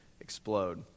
explode